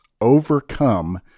overcome